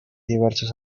diversos